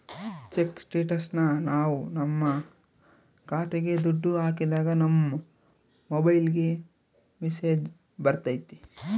check ಸ್ಟೇಟಸ್ನ ನಾವ್ ನಮ್ ಖಾತೆಗೆ ದುಡ್ಡು ಹಾಕಿದಾಗ ನಮ್ ಮೊಬೈಲ್ಗೆ ಮೆಸ್ಸೇಜ್ ಬರ್ತೈತಿ